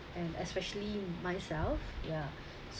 and especially myself ya